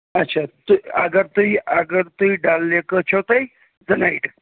اَچھا تہٕ اَگر تُہۍ اَگر تُہۍ ڈل لیک کٔژ چھَو تۄہہِ